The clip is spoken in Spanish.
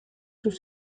sus